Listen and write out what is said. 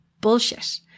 bullshit